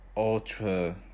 ultra